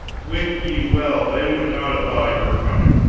wit ye well they would not abide your coming.